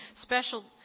special